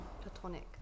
platonic